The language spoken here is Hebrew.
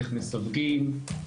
איך מסווגים,